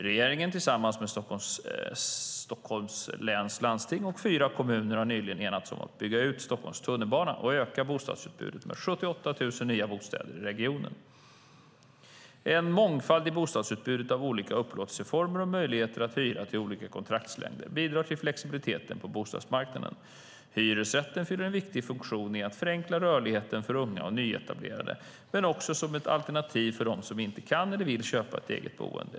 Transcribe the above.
Regeringen har tillsammans med Stockholms läns landsting och fyra kommuner nyligen enats om att bygga ut Stockholms tunnelbana och öka bostadsutbudet med 78 000 nya bostäder i regionen. En mångfald i bostadsutbudet av olika upplåtelseformer och möjligheter att hyra till olika kontraktslängd bidrar till flexibiliteten på bostadsmarknaden. Hyresrätten fyller en viktig funktion i att förenkla rörligheten för unga och nyetablerade men också som ett alternativ för dem som inte kan eller vill köpa ett eget boende.